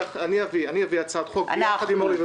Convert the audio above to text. אני אביא הצעת חוק יחד עם אורלי -- אנחנו.